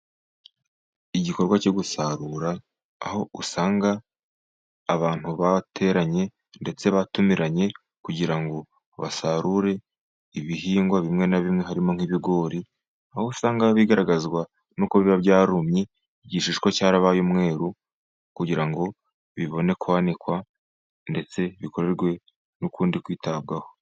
Igikorwa cyo gusarura, aho usanga abantu bateranye ndetse batumiranye, kugira ngo basarure ibihingwa bimwe na bimwe harimo nk'ibigori, aho usanga bigaragazwa n'uko biba byarumye igishishwa cyarabaye umweru, kugira ngo bibone kwanikwa ndetse bikorerwe n'ukundi kwitabwaho.